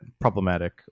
problematic